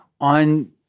on